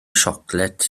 siocled